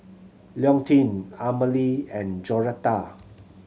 Leontine Amalie and Joretta